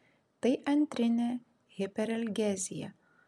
tai antrinė hiperalgezija